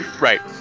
right